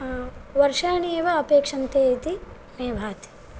वर्षाणि एव अपेक्षन्ते इति मे भाति